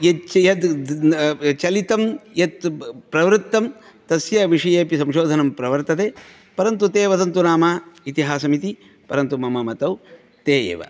चलितं यत् प्रवृत्तं तस्य विषये अपि संशोधनं प्रवर्तते परन्तु ते वदन्तु नाम इतिहासम् इति परन्तु मम मतौ ते एव